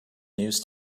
news